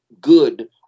good